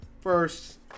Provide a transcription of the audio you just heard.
First